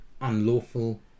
unlawful